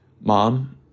mom